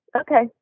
okay